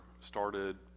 started